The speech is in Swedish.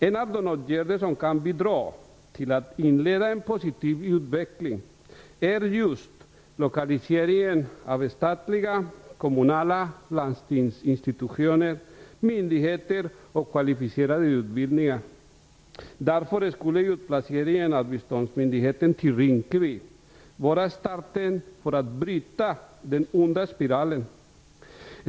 En av de åtgärder som kan bidra till att inleda en positiv utveckling är just lokaliseringen av statliga, kommunala och landstingskommunala institutioner, myndigheter och kvalificerade utbildningar. Därför skulle utplaceringen av biståndsmyndigeheten till Rinkeby vara starten för att bryta den onda spiralen.